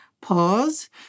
Pause